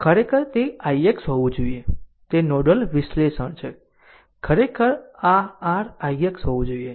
ખરેખર તે ix હોવું જોઈએ તે નોડલ વિશ્લેષણ છે ખરેખર આ r ix હોવું જોઈએ